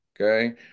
Okay